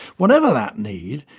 whatever that need,